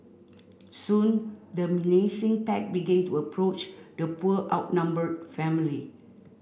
soon the menacing pack begin to approach the poor outnumbered family